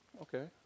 okay